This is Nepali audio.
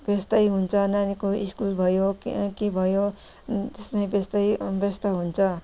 व्यस्तै हुन्छ नानीहरूको स्कुल भयो के भयो त्यसमै व्यस्तै व्यस्त हुन्छ